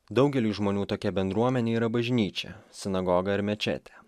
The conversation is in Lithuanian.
daugeliui žmonių tokia bendruomenė yra bažnyčia sinagoga ir mečetė